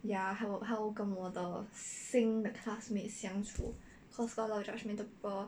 yeah 好好跟我的新的 classmates 相处 cause got a lot of judgemental people